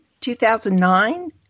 2009